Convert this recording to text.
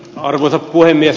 arvoisa puhemies